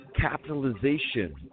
Capitalization